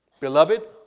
Beloved